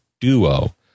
duo